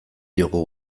diogu